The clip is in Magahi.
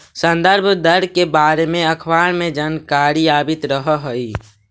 संदर्भ दर के बारे में अखबार में जानकारी आवित रह हइ